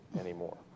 anymore